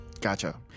Gotcha